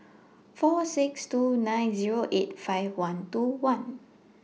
four six two nine Zero eight five one two one